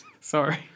Sorry